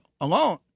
alone